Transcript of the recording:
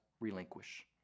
relinquish